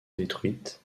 détruites